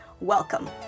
Welcome